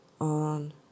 on